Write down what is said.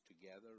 together